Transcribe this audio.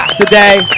today